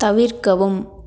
தவிர்க்கவும்